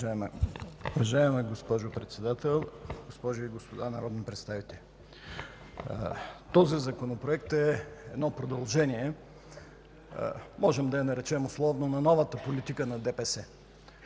Уважаема госпожо Председател, госпожи и господа народни представители! Този законопроект е едно продължение – можем да го наречем условно, на новата политика на ДПС.